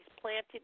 planted